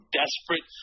desperate